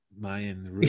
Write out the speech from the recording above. Mayan